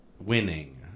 winning